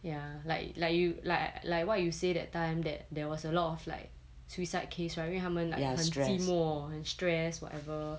ya like like you like like what you say that time that there was a lot of like suicide case right 因为他们很寂寞很 stress whatever